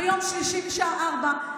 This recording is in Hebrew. ביום שלישי משעה 16:00,